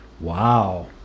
Wow